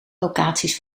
locaties